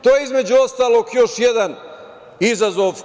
To je, između ostalog, još jedan izazov.